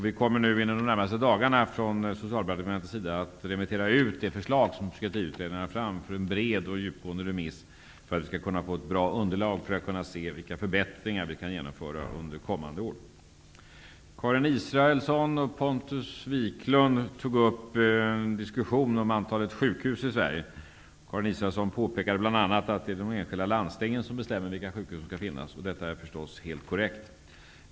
Vi kommer inom de närmaste dagarna från Socialdepartementets sida att remittera ut det förslag som psykiatriutredningen har lagt fram för en bred och djupgående remiss så att vi på så sätt kan få ett bra underlag för att kunna se vilka förbättringar vi kan genomföra under kommande år. Karin Israelsson och Pontus Wiklund tog upp en diskussion om antalet sjukhus i Sverige. Karin Israelsson påpekade bl.a. att det är de enskilda landstingen som bestämmer vilka sjukhus som skall finnas, och detta är förstås helt korrekt.